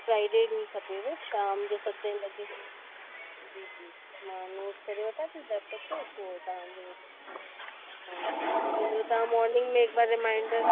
Friday ॾींह खपेव शाम जो सते लॻे जी जी मां नोट करे वठां थी लेपटॉप ते पोइ तव्हांजो तव्हांखे पुजी वेंदो तव्हां मोर्निंग में हिक बार रिमाइंडर